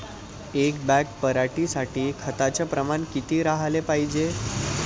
एक बॅग पराटी साठी खताचं प्रमान किती राहाले पायजे?